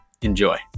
Enjoy